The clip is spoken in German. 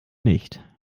nicht